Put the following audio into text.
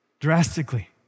Drastically